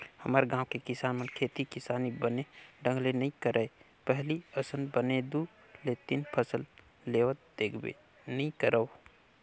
हमर गाँव के किसान मन खेती किसानी बने ढंग ले नइ करय पहिली असन बने दू ले तीन फसल लेवत देखबे नइ करव